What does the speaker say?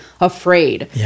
afraid